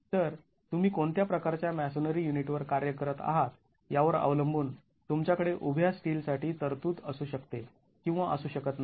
तर तुम्ही कोणत्या प्रकारच्या मॅसोनरी युनिटवर कार्य करत आहात यावर अवलंबुन तुमच्याकडे उभ्या स्टील साठी तरतूद असू शकते किंवा असू शकत नाही